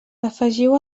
afegiu